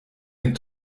den